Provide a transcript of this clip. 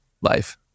life